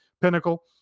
pinnacle